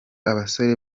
abasore